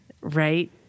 Right